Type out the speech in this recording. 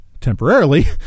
temporarily